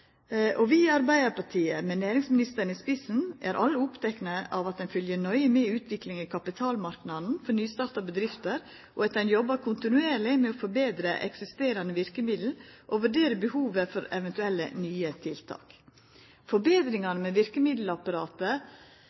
og vi i Arbeidarpartiet, med næringsministeren i spissen, er alle opptekne av at ein følgjer nøye med i utviklinga i kapitalmarknaden for nystarta bedrifter, og at ein jobbar kontinuerleg med å forbetra eksisterande verkemiddel og vurderer behovet for eventuelle nye tiltak. Forbetringane med verkemiddelapparatet